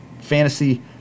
Fantasy